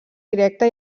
directa